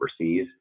overseas